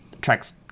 tracks